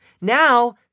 Now